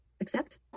accept